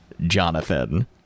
Jonathan